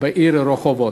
בעיר רחובות.